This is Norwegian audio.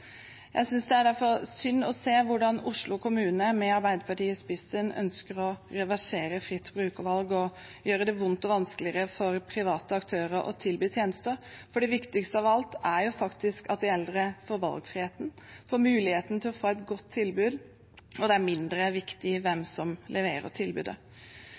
Jeg synes derfor det er synd å se hvordan Oslo kommune, med Arbeiderpartiet i spissen, ønsker å reversere fritt brukervalg og gjøre det vondt og vanskeligere for private aktører å tilby tjenester, for det viktigste av alt er faktisk at de eldre får valgfriheten, får muligheten til å få et godt tilbud, og det er mindre viktig hvem som leverer tilbudet.